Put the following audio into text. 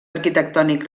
arquitectònic